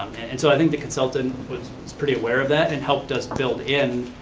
and so i think the consultant was pretty aware of that and helped us build in